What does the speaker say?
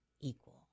equal